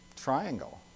triangle